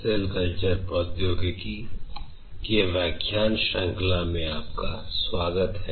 cell culture प्रौद्योगिकी के व्याख्यान श्रृंखला मैं आपका स्वागत है